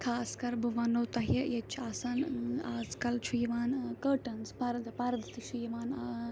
خاص کَر بہٕ وَنہو تۄہہِ ییٚتہِ چھِ آسان ٲں آز کَل چھُ یِوان ٲں کٔرٹَنٕز پَردٕ پَردٕ تہِ چھِ یِوان ٲں